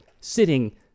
sitting